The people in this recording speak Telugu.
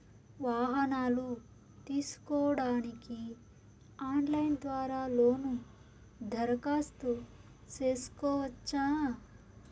వాహనాలు తీసుకోడానికి ఆన్లైన్ ద్వారా లోను దరఖాస్తు సేసుకోవచ్చా?